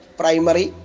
primary